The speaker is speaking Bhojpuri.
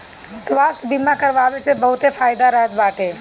स्वास्थ्य बीमा करवाए से बहुते फायदा रहत बाटे